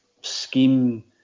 scheme